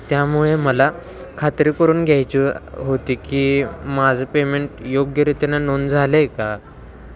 त्यामुळे मला खात्री करून घ्यायची होती की माझं पेमेंट योग्यरीतीनं नोंद झालं आहे का